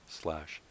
slash